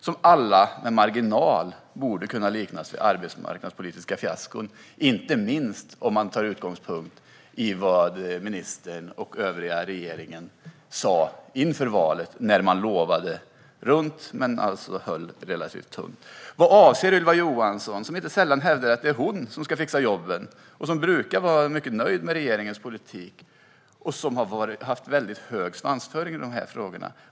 Alla satsningar borde med marginal kunna liknas vid arbetsmarknadspolitiska fiaskon, inte minst om man tar utgångspunkt i vad ministern och övriga regeringen sa inför valet när man lovade runt, men höll relativt tunt. Ylva Johansson hävdar inte sällan att det är hon som ska fixa jobben, och hon brukar vara mycket nöjd med regeringens politik. Hon har också haft en väldigt hög svansföring i dessa frågor.